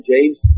James